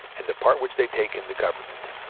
and the part which they take in the government.